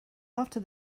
after